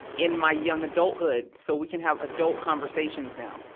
in my young adulthood, so we can have adult conversations now.